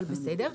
אבל בסדר.